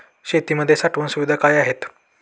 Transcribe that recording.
शेतीमध्ये साठवण सुविधा काय आहेत?